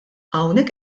hawnhekk